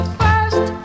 first